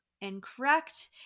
incorrect